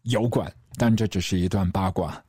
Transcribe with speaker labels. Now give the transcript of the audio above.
Speaker 1: 有管，但这只是一段八卦。